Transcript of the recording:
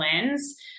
lens